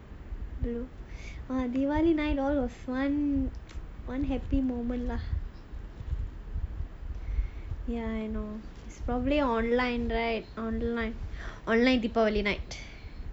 diwali night was one one happy moment lah ya I know it's probably online right online online deepavali night